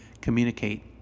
communicate